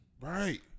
right